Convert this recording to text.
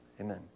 amen